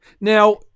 Now